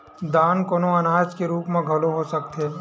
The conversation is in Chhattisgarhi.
दान कोनो अनाज के रुप म घलो हो सकत हे